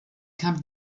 kam